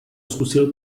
zkusil